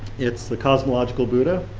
it's the cosmological buddha